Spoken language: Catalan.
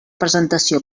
presentació